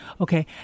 Okay